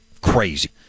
crazy